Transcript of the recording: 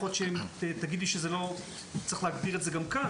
יכול להיות שצריך להגדיר את זה גם כאן